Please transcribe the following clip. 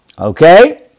Okay